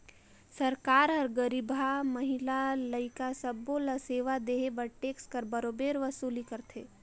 सरकार हर गरीबहा, महिला, लइका सब्बे ल सेवा देहे बर टेक्स कर बरोबेर वसूली करथे